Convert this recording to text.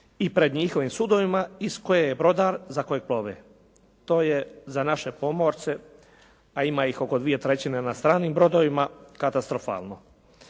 i pred njihovim sudovima iz koje je brodar za koji plove. To je za naše pomorce a ima ih oko dvije trećine na stranim brodovima katastrofalno.